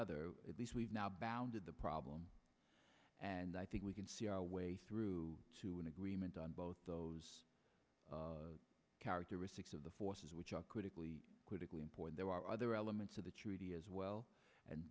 other we've now bounded the problem and i think we can see our way through to an agreement on both those characteristics of the forces which are critically critically important there are other elements of the treaty as well and